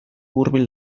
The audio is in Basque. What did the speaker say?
hurbil